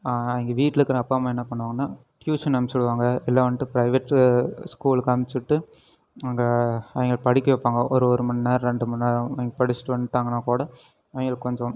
இங்கே வீட்டில் இருக்கிற அப்பா அம்மா என்ன பண்ணுவாங்கனா டியூஷன் அனுப்பிச்சி விடுவாங்க இல்லை வந்துட்டு ப்ரைவேட் ஸ்கூலுக்கு அனுப்பிச்சி விட்டு அங்கே அவங்கள படிக்க வைப்பாங்க ஒரு ஒரு மணிநேரம் ரெண்டு மணிநேரம் அங்கே படித்துட்டு வந்துட்டாங்கனா கூட அவங்களுக்கு கொஞ்சம்